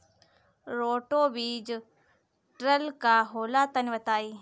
Roto बीज drill का होला तनि बताई?